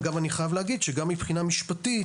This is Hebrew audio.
אגב, אני חייב להגיד שגם מבחינה משפטית,